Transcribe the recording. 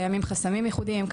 קיימים חסמים ייחודיים,